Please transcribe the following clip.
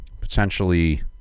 potentially